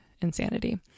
insanity